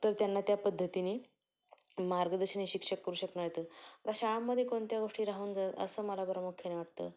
तर त्यांना त्या पद्धतीनी मार्गदर्शनही शिक्षक करू शकणार तर शाळांमध्ये कोणत्या गोष्टी राहून जातात असं मला प्रामुख्यानं वाटतं